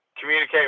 communicate